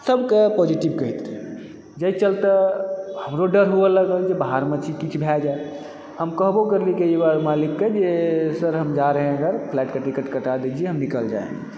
सभकऽ पॉजिटिव कहैत रहै जाहि चलते हमरो डर होअ लगल बाहरमे छी किछु भए जाइत हम कहबो करलियै कई बार मालिकके जे सर हम जा रहे है घर फ्लाइटका टिकट कटा दीजिए हम निकल जायेंगे